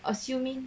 assuming